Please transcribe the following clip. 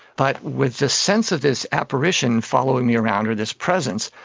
but with the sense of this apparition following me around or this presence,